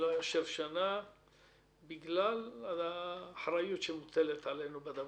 גם בגלל האחריות שמוטלת עלינו.